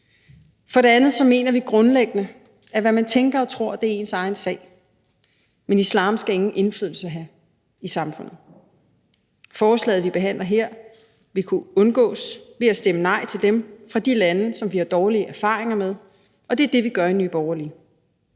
For det andet mener vi grundlæggende, at hvad man tænker og tror, er ens egen sag – men islam skal ingen indflydelse have i samfundet. Forslaget, vi behandler her, vil kunne undgås ved at stemme nej til dem fra de lande, som vi har dårlige erfaringer med, og det er det, vi gør i Nye Borgerlige.